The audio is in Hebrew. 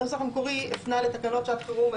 הנוסח המקורי הפנה לתקנות שעת חירום,